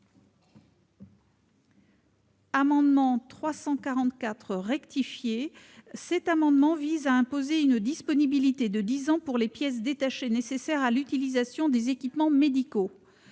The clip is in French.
L'amendement n° 344 rectifié vise à imposer une disponibilité de dix ans pour les pièces détachées nécessaires à l'utilisation des équipements médicaux.